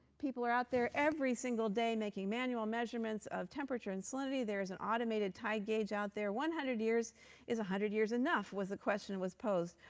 people are out there every single day making manual measurements of temperature and salinity. there is an automated tide gauge out there. one hundred years is one hundred years enough was the question was posed.